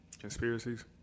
Conspiracies